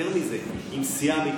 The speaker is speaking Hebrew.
יותר מזה, עם סיעה אמיתית.